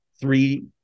three